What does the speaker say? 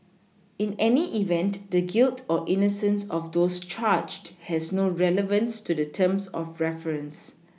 in any event the guilt or innocence of those charged has no relevance to the terms of reference